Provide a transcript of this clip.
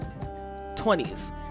20s